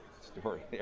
story